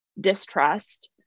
distrust